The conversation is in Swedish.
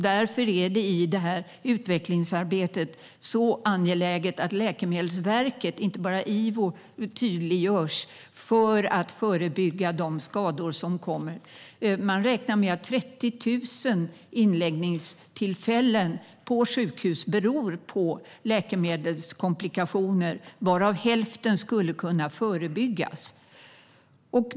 Därför är det i detta utvecklingsarbete så angeläget att Läkemedelsverket, och inte bara Ivo, tydliggörs när det gäller att förebygga de skador som uppstår. Man räknar med att 30 000 inläggningstillfällen på sjukhus beror på läkemedelskomplikationer, varav hälften skulle kunna förebyggas.